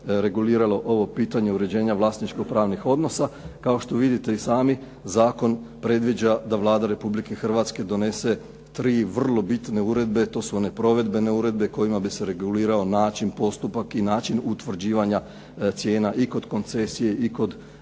reguliralo ovo pitanje uređenja vlasničko-pravnih odnosa. Kao što vidite i sami, zakon predviđa da Vlada Republike Hrvatske donese 3 vrlo bitne uredbe, to su one provedbene uredbe kojima bi se regulirao način postupka i način utvrđivanja cijena i kod koncesije i kod